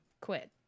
quit